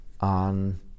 on